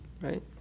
right